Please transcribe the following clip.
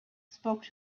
spoke